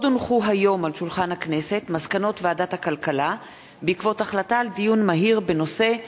היום הונחו על שולחן הכנסת מסקנות ועדת הכלכלה בעקבות דיון מהיר בנושא: